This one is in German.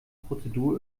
prozedur